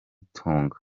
tunga